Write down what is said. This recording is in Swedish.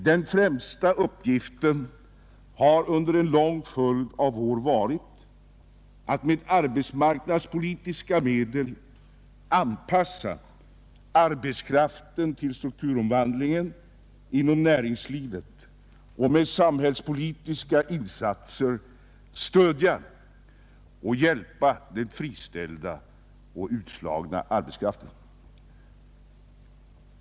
Den främsta uppgiften har under en lång följd av år varit att med arbetsmarknadspolitiska medel anpassa arbetskraften till strukturomvandlingen inom näringslivet och med samhällspolitiska insatser stödja och hjälpa de friställda och utslagna.